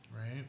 right